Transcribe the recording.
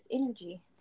energy